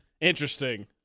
Interesting